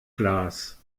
glas